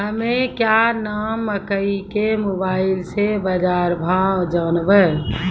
हमें क्या नाम मकई के मोबाइल से बाजार भाव जनवे?